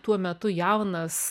tuo metu jaunas